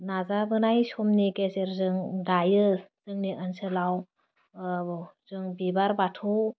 नाजाबोनाय समनि गेजेरजों दायो जोंनि ओनसोलाव ओह जों बिबार बाथौ